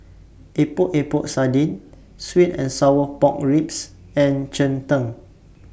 Epok Epok Sardin Sweet and Sour Pork Ribs and Cheng Tng